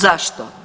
Zašto?